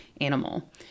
animal